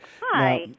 Hi